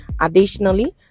Additionally